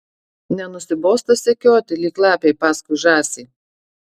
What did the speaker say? nenusibosta sekioti lyg lapei paskui žąsį